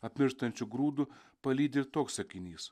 apmirštančia grūdu palydi ir toks sakinys